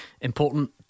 Important